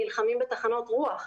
נלחמים בתחנות רוח.